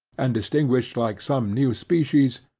and distinguished like some new species,